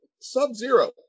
Sub-Zero